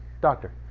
doctor